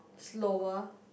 slower